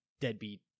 deadbeat